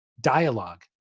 Dialogue